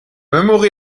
memory